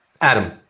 Adam